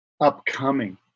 upcoming